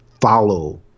follow